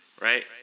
right